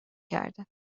کردم